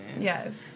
Yes